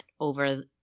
over